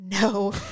no